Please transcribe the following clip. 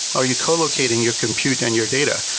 are you co-locating your compute and your data?